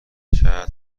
چتر